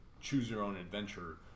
choose-your-own-adventure